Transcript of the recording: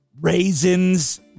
raisins